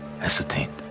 ascertained